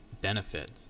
benefit